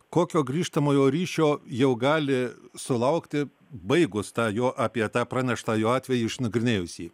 kokio grįžtamojo ryšio jau gali sulaukti baigus tą jo apie tą praneštą jo atvejį išnagrinėjus jį